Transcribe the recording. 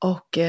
Och